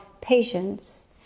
patience